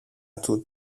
του